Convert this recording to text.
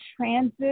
transit